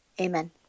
Amen